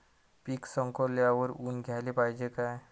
पीक सवंगल्यावर ऊन द्याले पायजे का?